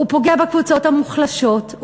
הוא פוגע בקבוצות המוחלשות,